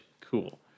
cool